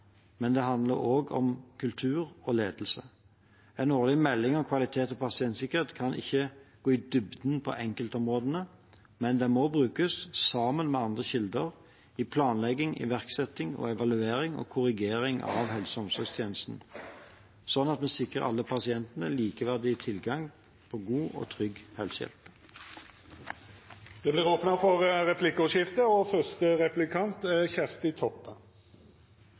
men det handler også om kultur og ledelse. En årlig melding om kvalitet og pasientsikkerhet kan ikke gå i dybden på enkeltområdene, men den må brukes sammen med andre kilder i planlegging, iverksetting, evaluering og korrigering av helse- og omsorgstjenestene, sånn at vi sikrer alle pasientene likeverdig tilgang på god og trygg helsehjelp. Det vert replikkordskifte. Eg er opptatt av at vi må vera meir vakne for korleis sikkerheitsklimaet er